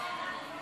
להעביר